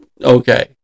Okay